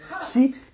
See